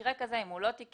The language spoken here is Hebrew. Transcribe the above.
שבמקרה כזה, אם הוא לא תיקן,